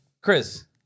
chris